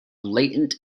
latent